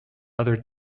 other